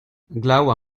glav